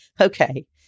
Okay